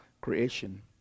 creation